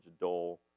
dull